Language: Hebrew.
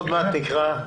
עוד מעט היא תקרא.